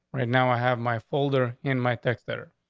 right now, i have my folder in my texter,